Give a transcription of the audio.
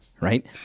right